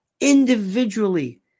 individually